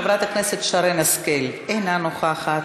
חבר הכנסת שרן השכל, אינה נוכחת,